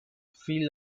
free